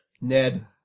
Ned